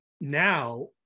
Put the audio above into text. now